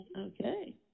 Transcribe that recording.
Okay